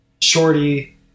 shorty